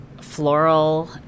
floral